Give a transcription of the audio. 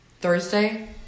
thursday